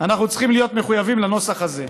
אנחנו צריכים להיות מחויבים לנוסח הזה.